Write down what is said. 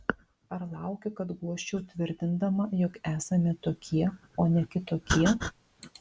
ar lauki kad guosčiau tvirtindama jog esame tokie o ne kitokie